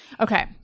Okay